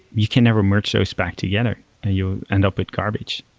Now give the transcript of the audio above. you can never merge those back together and you end up with garbage.